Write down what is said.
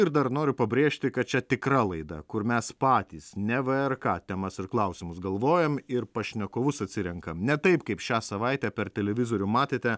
ir dar noriu pabrėžti kad čia tikra laida kur mes patys ne vrk temas ir klausimus galvojam ir pašnekovus atsirenkam ne taip kaip šią savaitę per televizorių matėte